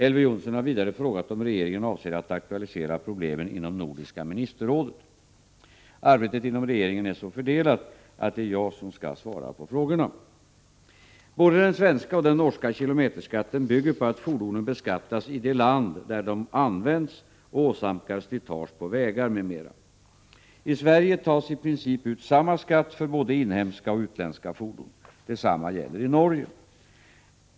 Elver Jonsson har vidare frågat om regeringen avser att aktualisera problemen inom Nordiska ministerrådet. Arbetet inom regeringen är så fördelat att det är jag som skall svara på frågorna. Både den svenska och den norska kilometerskatten bygger på att fordonen beskattas i det land där de används och åsamkar slitage på vägar m.m. I Sverige tas i princip ut samma skatt för både inhemska och utländska fordon. Detsamma gäller i Norge.